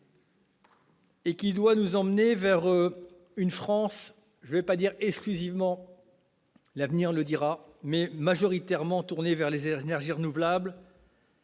doit nous emmener vers une France peut-être pas exclusivement- l'avenir le dira -, mais majoritairement tournée vers les énergies renouvelables,